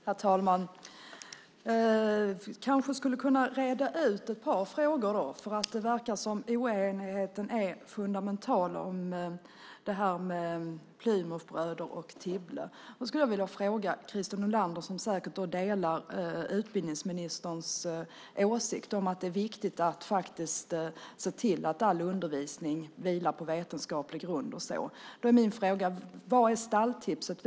Herr talman! Vi kanske skulle kunna reda ut ett par frågor. Det verkar som om oenigheten är fundamental när det gäller Plymouthbröderna och Tibble. Jag skulle vilja ställa en fråga till Christer Nylander, som säkert delar utbildningsministerns åsikt om att det är viktigt att se till att all undervisning vilar på vetenskaplig grund. Då är min fråga: Vad är stalltipset?